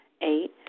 Eight